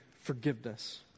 forgiveness